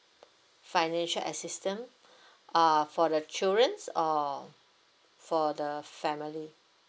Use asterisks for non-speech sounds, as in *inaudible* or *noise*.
financial assistant *breath* uh for the children's or for the family